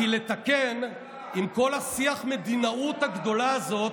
כי לתקן, עם כל שיח המדינאות הגדולה הזה,